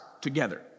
together